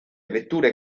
vetture